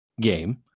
game